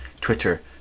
Twitter